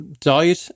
died